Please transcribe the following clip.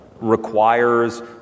requires